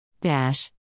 Dash